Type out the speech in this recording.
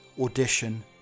audition